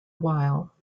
while